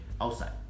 outside